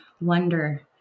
wonder